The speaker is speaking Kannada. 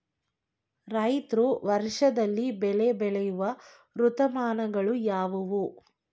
ರೈತರು ವರ್ಷದಲ್ಲಿ ಬೆಳೆ ಬೆಳೆಯುವ ಋತುಮಾನಗಳು ಯಾವುವು?